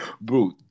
Bro